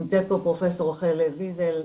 נמצאת פה פרופסור רחל לב ויזל,